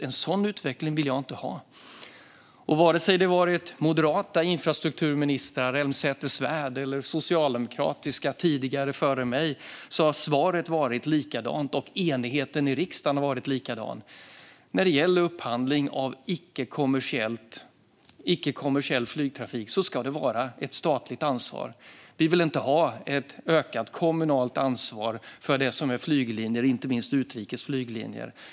En sådan utveckling vill jag inte ha. Vare sig det varit moderata infrastrukturministrar som Elmsäter-Svärd eller socialdemokratiska före mig har svaret varit likadant och enigheten i riksdagen varit likadan: Upphandling av icke-kommersiell flygtrafik ska vara ett statligt ansvar. Vi vill inte ha ett ökat kommunalt ansvar för flyglinjer, allra minst utrikes flyglinjer.